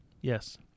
Yes